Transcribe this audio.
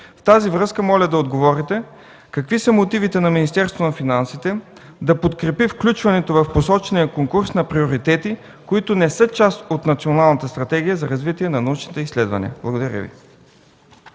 В тази връзка моля да отговорите: какви са мотивите на Министерството на финансите да подкрепи включването в посочения конкурс на приоритети, които не са част от Националната стратегия за развитие на научните изследвания? Благодаря Ви.